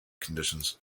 conditions